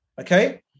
okay